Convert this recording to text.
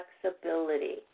flexibility